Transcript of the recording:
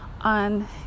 on